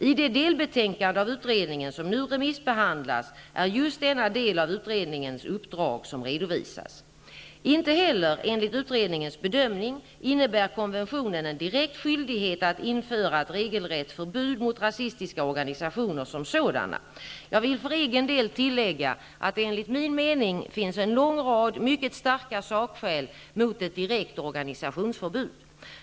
I det delbetänkande av utredningen som nu remissbehandlas är det just denna del av utredningens uppdrag som redovisas. Inte heller, enligt utredningens bedömning, innebär konventionen en direkt skyldighet att införa ett regelrätt förbud mot rasistiska organisationer som sådana. Jag vill för egen del tillägga att det enligt min mening finns en lång rad mycket starka sakskäl mot ett direkt organisationsförbud.